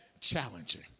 challenging